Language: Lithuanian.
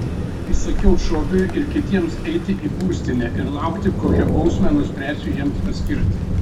įsakiau šobiui ir kitiems eiti į būstinę ir laukti kokią bausmę nuspręsiu jiems paskirti